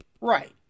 right